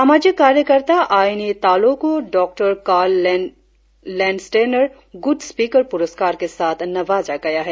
सामाजिक कार्यकर्ता आइनी तालोह को डॉ कार्ल लैंडस्टेनर गूड स्पीकर पुरस्कार के साथ नवाजा गया है